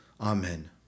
Amen